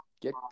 get